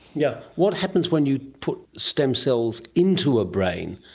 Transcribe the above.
yeah what happens when you put stem cells into a brain?